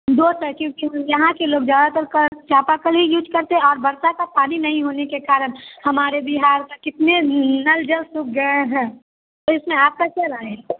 दो सर क्योंकि यहाँ के लोग ज़्यादातर कर चापाकल ही यूज करते हैं और वर्षा का पानी नहीं होने के कारण हमारे बिहार का कितने नल जल सूख गए हैं तो इसमें आपकी क्या राय है